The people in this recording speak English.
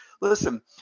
Listen